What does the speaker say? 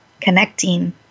connecting